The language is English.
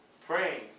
Praying